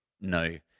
no